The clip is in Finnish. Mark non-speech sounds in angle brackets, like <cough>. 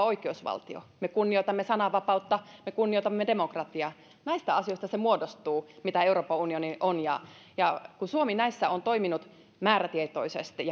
<unintelligible> oikeusvaltio me kunnioitamme sananvapautta me kunnioitamme demokratiaa näistä asioista se muodostuu mitä euroopan unioni on ja ja kun suomi näissä on toiminut määrätietoisesti <unintelligible>